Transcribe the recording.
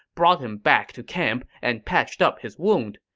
brought him back to camp, and patched up his wound.